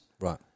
Right